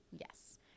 yes